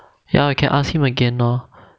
ya can ask him again lor